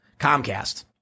Comcast